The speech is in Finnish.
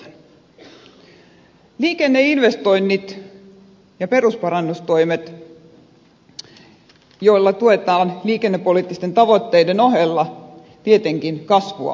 liikenneinvestoinnit ja perusparannustoimet tukevat liikennepoliittisten tavoitteiden ohella tietenkin kasvua ja työllisyyttä